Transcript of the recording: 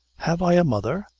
have i a mother?